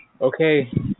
Okay